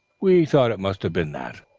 we thought it must have been that.